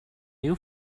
new